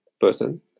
person